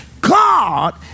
God